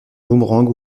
boomerang